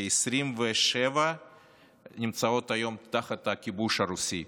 כ-27 נמצאות היום תחת הכיבוש הרוסי.